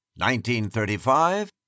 1935